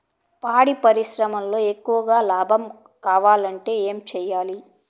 పాడి పరిశ్రమలో ఎక్కువగా లాభం కావాలంటే ఏం చేయాలి?